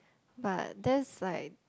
but that's like